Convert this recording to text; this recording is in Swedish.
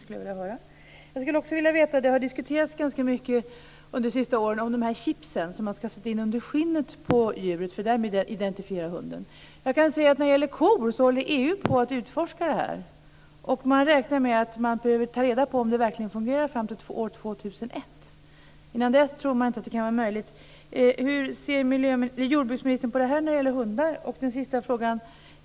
Under de senaste åren har chips som placeras under skinnet på djuret för att identifiera hunden diskuterats. När det gäller kor håller EU på att forska i frågan. Man räknar med att behöva tiden fram till år 2001 för att se om chips verkligen fungerar - innan dess är det inte möjligt. Hur ser jordbruksministern på den frågan när det gäller hundar?